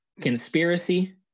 conspiracy